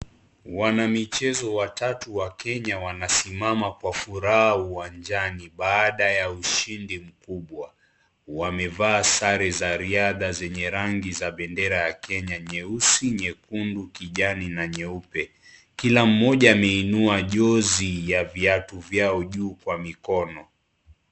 Wanamichezo watatu wa Kenya wanasimama kwa furaha uwanjani, baada ya ushindi mkubwa. Wamevaa sare za riadha zenye rangi za bendera ya Kenya, nyeusi, nyekundu, kijani na nyeupe. Kila mmoja, ameinua jozi ya viatu vyao juu kwa mikono.